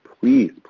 please